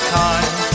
time